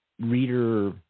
reader